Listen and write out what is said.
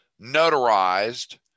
notarized